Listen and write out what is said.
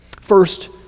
first